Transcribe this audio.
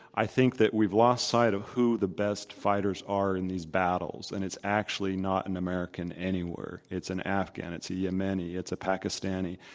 i think that we've lost sight of who the best fighters are in these battles. and it's actually not an american anywhere. it's an afghan. it's a yemeni. it's a pakistani.